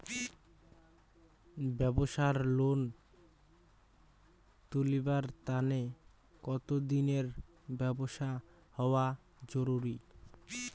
ব্যাবসার লোন তুলিবার তানে কতদিনের ব্যবসা হওয়া জরুরি?